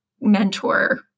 mentor